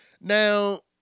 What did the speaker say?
Now